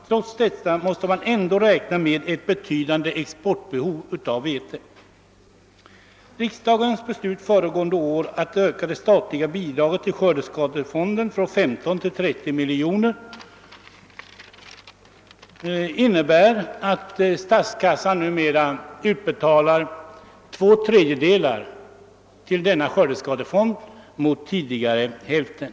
Trots detta måste man räkna med ett betydande exportbehov i fråga om vete. Riksdagens beslut föregående år att öka det statliga bidraget till skördeskadefonden från 15 till 30 miljoner innebär att statskassan numera utbetalar två tredjedelar av skördeskadeskyddet mot tidigare hälften.